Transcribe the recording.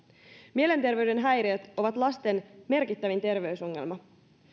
mielenterveyden häiriöt ovat lasten merkittävin terveysongelma